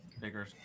bigger